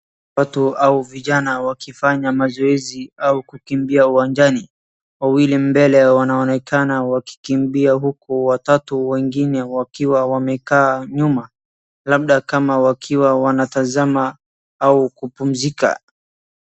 Watu au vijana wakifanya mazoezi au kukimbia uwanjani. Wawili mbele wanaonekana wakikimbia huku watatu wengine wakiwa wamekaa nyuma, labda kama wakiwa wanatazama au kupumzika.